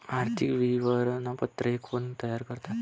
आर्थिक विवरणपत्रे कोण तयार करतात?